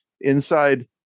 inside